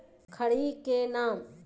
खड़ी के नाम?